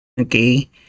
Okay